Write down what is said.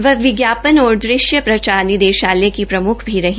वह विज्ञापन और दृश्य प्रचार निदेशालय की प्रमुख भी रहीं